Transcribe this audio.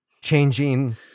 Changing